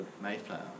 Mayflower